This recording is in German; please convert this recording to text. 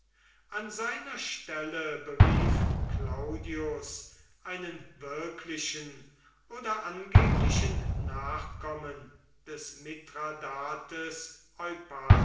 an seiner stelle berief kaiser claudius einen wirklichen oder angeblichen nachkommen des mithradates